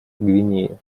гвинее